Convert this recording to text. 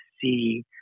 see